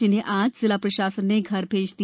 जिन्हें आज जिला प्रशासन ने घर भेज दिया